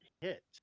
hit